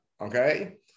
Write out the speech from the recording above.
okay